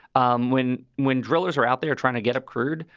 um when when drillers are out there trying to get a crude,